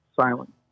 silent